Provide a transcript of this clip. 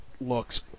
looks